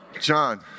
John